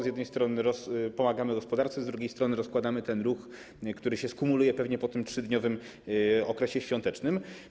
Z jednej strony pomagamy gospodarce, z drugiej strony rozkładamy ten ruch, który się skumuluje pewnie po tym 3-dniowym okresie świątecznym.